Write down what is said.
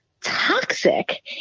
toxic